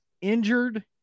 injured